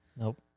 Nope